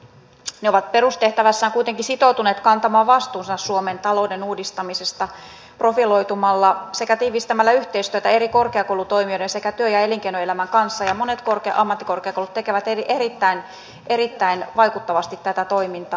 ne ovat perustehtävässään kuitenkin sitoutuneet kantamaan vastuunsa suomen talouden uudistamisesta profiloitumalla sekä tiivistämällä yhteistyötä eri korkeakoulutoimijoiden sekä työ ja elinkeinoelämän kanssa ja monet ammattikorkeakoulut tekevät erittäin vaikuttavasti tätä toimintaa